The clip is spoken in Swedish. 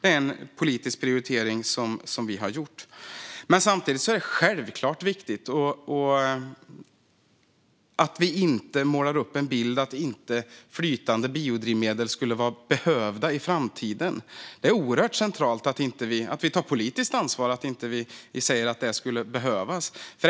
Det är en politisk prioritering som vi har gjort. Samtidigt är det självklart viktigt att inte måla upp en bild av att flytande biodrivmedel inte skulle behövas i framtiden. Det är centralt att vi tar politiskt ansvar och att vi inte säger att det inte skulle behövas.